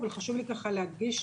אבל חשוב לי ככה להדגיש,